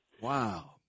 Wow